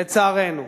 לצערנו.